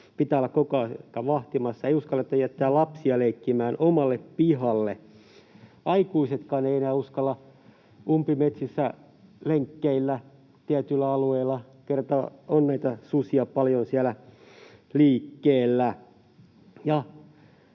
Pitää olla koko aika vahtimassa. Ei uskalleta jättää lapsia leikkimään omalle pihalle. Aikuisetkaan eivät enää uskalla umpimetsissä lenkkeillä tietyillä alueilla, kerta niitä susia on paljon siellä liikkeellä,